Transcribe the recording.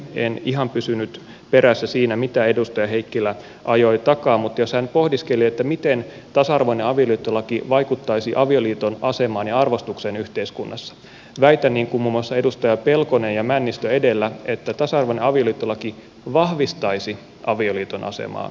en ihan pysynyt perässä siinä mitä edustaja heikkilä ajoi takaa mutta jos hän pohdiskeli miten tasa arvoinen avioliittolaki vaikuttaisi avioliiton asemaan ja arvostukseen yhteiskunnassa niin väitän niin kuin muun muassa edustaja pelkonen ja männistö edellä että tasa arvoinen avioliittolaki vahvistaisi avioliiton asemaa yhteiskunnassa